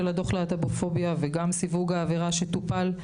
הדו"ח של הלהט"ופוביה וגם סיווג האווירה שטופל,